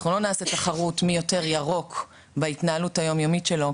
אנחנו לא נעשה תחרות מי יותר "ירוק" בהתנהלות היומיומית שלו,